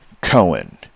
Cohen